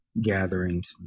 gatherings